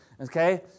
Okay